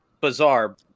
bizarre